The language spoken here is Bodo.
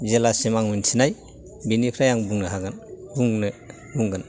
जेलासिम आं मिथिनाय बेनिफ्राय आं बुंनो हागोन बुंनो बुंगोन